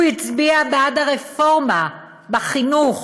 הוא הצביע בעד הרפורמה בחינוך